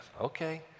okay